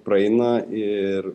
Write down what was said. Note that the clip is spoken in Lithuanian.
praeina ir